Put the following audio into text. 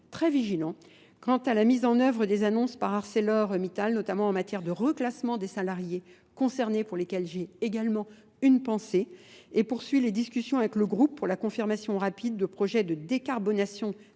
très vigilant, quant à la mise en œuvre des annonces par ArcelorMittal, notamment en matière de reclassement des salariés, concernés pour lesquels j'ai également une pensée, et poursuit les discussions avec le groupe pour la confirmation rapide de projets de décarbonation de